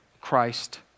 Christ